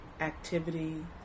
activity